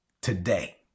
today